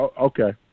okay